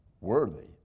worthy